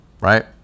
right